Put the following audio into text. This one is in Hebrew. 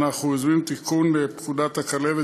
אנחנו יוזמים תיקון בפקודת הכלבת,